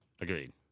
Agreed